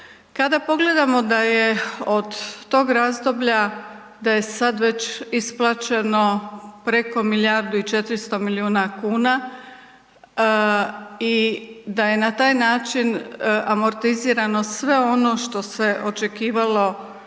Kada pogledamo da je od tog razdoblja, da je sad već isplaćeno preko milijardu i 400 milijuna kuna, i da je na taj način amortizirano sve ono što se očekivalo